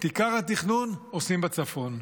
את עיקר התכנון עושים בצפון.